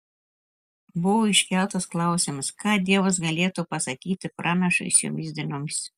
buvo iškeltas klausimas ką dievas galėtų pasakyti pranašui šiomis dienomis